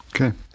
Okay